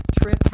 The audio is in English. trip